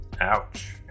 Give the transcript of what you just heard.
ouch